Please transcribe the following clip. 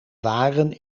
waren